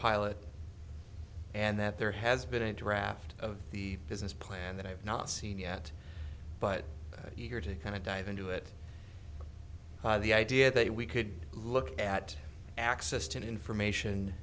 pilot and that there has been a draft of the business plan that i've not seen yet but here to kind of dive into it by the idea that we could look at access to information